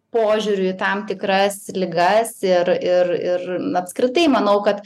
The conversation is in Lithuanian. požiūriu į tam tikras ligas ir ir ir apskritai manau kad